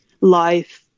life